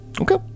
Okay